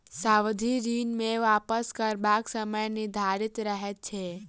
सावधि ऋण मे वापस करबाक समय निर्धारित रहैत छै